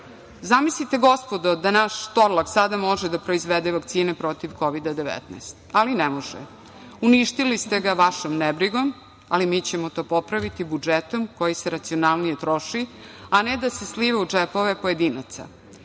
Zamislite, gospodo, da naš Torlak sada može da proizvede vakcine protiv Kovida 19, ali ne može. Uništili ste ga vašom nebrigom, ali mi ćemo to popraviti budžetom koji se racionalnije troši, a ne da se sliva u džepove pojedinaca.